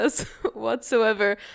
whatsoever